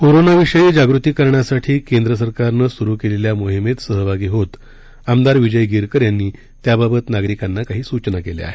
कोरोनाविषयी जागृती करण्यासाठी केंद्र सरकारनं सुरु केलेल्या मोहीमेत सहभागी होत आमदार विजय गिरकर यांनी त्याबाबत नागरिकांना काही सूचना केल्या आहेत